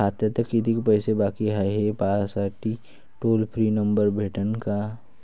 खात्यात कितीकं पैसे बाकी हाय, हे पाहासाठी टोल फ्री नंबर भेटन का?